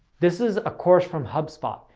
this is a course from hubspot.